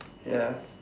ya